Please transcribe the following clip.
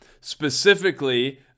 specifically